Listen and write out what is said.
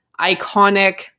iconic